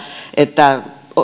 että